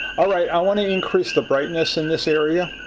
alright i want to increase the brightness in this area.